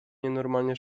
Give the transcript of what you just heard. nienormalnie